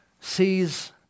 sees